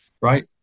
right